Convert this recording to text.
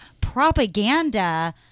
propaganda